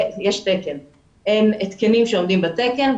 אין התקנים שעומדים בתקן,